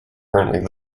currently